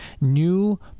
new